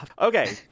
Okay